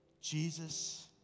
Jesus